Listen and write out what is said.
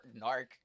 narc